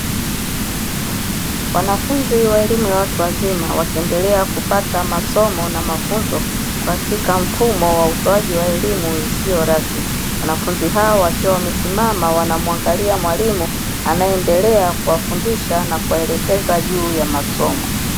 Wanafunzi wa elimu ya watu wazima wakiendelea kupata masomo na mafunzo katika mfumo wa utoaji wa elimu isiyo rasmi, wanafunzi hao wakiwa wamesimama wanamwangalia mwalimu anayeendelea kuwafundisha na kuwaelekeza juu ya masomo.